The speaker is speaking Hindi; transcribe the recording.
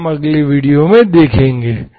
जो हम अगले वीडियो में देखेंगे